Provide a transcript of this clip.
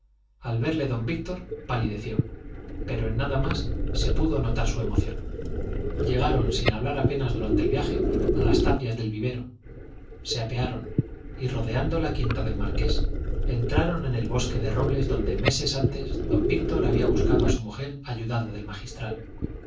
al verle don víctor palideció pero en nada más se pudo notar su emoción llegaron sin hablar apenas durante el viaje a las tapias del vivero se apearon y rodeando la quinta del marqués entraron en el bosque de robles donde meses antes don víctor había buscado a su mujer ayudado del magistral